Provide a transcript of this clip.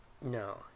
No